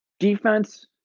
Defense